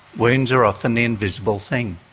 wounds are often the invisible thing.